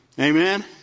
Amen